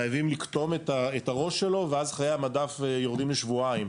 חייבים לקטום את הראש שלו ואז חיי המדף יורדים לשבועיים.